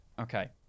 okay